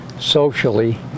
socially